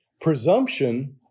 Presumption